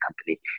company